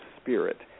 spirit